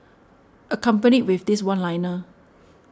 accompanied with this one liner